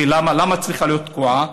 ולמה היא צריכה להיות תקועה?